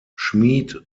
schmid